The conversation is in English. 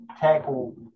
tackle